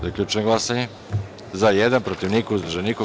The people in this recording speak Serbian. Zaključujem glasanje: za – jedan, protiv – niko, uzdržanih – nema.